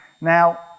Now